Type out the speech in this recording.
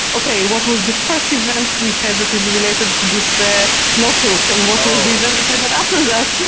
okay, what was the first event we had that is related to this ah law suit and what was the event that happened but after that?